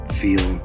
feel